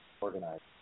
organized